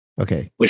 okay